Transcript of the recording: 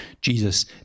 Jesus